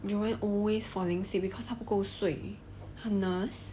joanne always falling sick because 他不够睡 her nurse